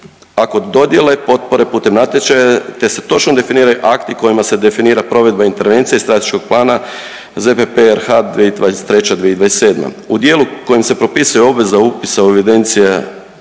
ako dodijele potpore putem natječaja, te se točno definiraju akti kojima se definira provedba intervencije strateškog plana ZPP RH 2023.-2027.. U dijelu u kojem se propisuje obveza upisa u evidencije,